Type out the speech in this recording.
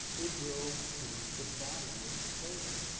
it will change the value of the clothing.